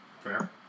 Fair